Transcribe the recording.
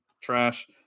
trash